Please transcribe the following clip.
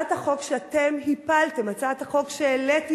הצעת החוק שאתם הפלתם, הצעת החוק שהעליתי,